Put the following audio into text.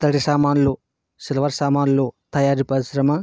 ఇత్తడి సామాన్లు సిల్వర్ సామాన్లు తయారీ పరిశ్రమ